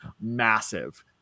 massive